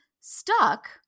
stuck